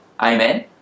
Amen